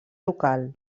local